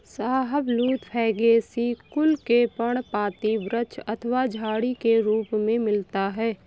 शाहबलूत फैगेसी कुल के पर्णपाती वृक्ष अथवा झाड़ी के रूप में मिलता है